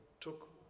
took